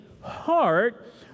heart